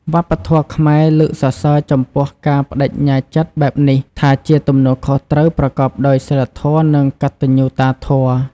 វប្បធម៌ខ្មែរលើកសរសើរចំពោះការប្តេជ្ញាចិត្តបែបនេះថាជាទំនួលខុសត្រូវប្រកបដោយសីលធម៌ និងកត្តញ្ញូតាធម៌។